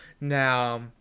Now